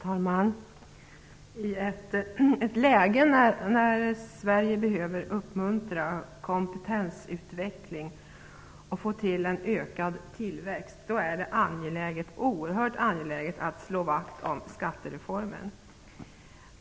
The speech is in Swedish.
Herr talman! I ett läge när Sverige behöver uppmuntra kompetensutveckling och åstadkomma en ökad tillväxt är det oerhört angeläget att slå vakt om skattereformen.